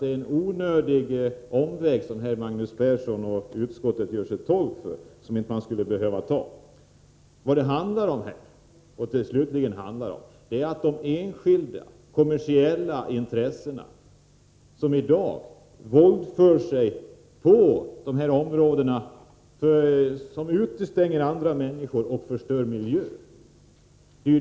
Det är en onödig omväg som Magnus Persson och utskottet förespråkar. Vad det handlar om är att förhindra enskilda, kommersiella intressen att fortsätta att våldföra sig på områdena, utestänga människor och förstöra miljön.